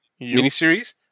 miniseries